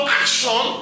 action